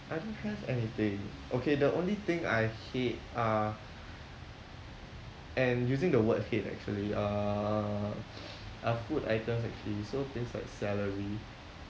I don't have anything okay the only thing I hate are and using the word hate actually uh are food items actually so things like celery